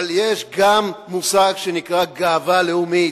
אבל יש גם מושג שנקרא גאווה לאומית,